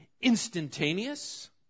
instantaneous